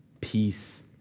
peace